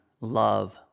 love